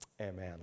Amen